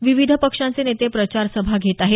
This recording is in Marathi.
विविध पक्षांचे नेते प्रचार सभा घेत आहेत